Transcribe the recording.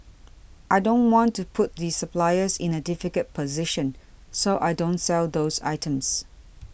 I don't want to put the suppliers in a difficult position so I don't sell those items